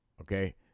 Okay